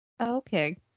okay